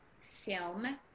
film